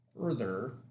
further